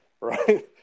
right